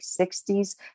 60s